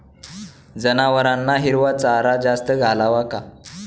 जनावरांना हिरवा चारा जास्त घालावा का?